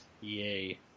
Yay